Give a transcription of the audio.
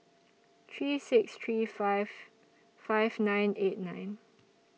three six three five five nine eight nine